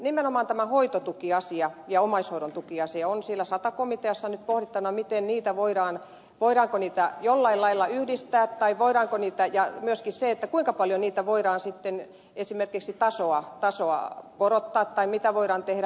nimenomaan tämä hoitotuki ja omaishoidontuki ovat siellä sata komiteassa nyt pohdittavana voidaanko niitä jollain lailla yhdistää ja kuinka paljon voidaan esimerkiksi niiden tasoa korottaa tai mitä voidaan tehdä